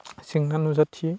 जेंना नुजाथियो